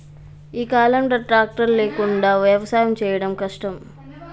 ఈ కాలం లో ట్రాక్టర్ లేకుండా వ్యవసాయం చేయడం కష్టం